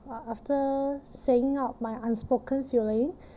uh after saying out my unspoken feeling